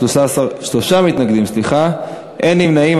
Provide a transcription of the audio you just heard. שלושה מתנגדים ואין נמנעים.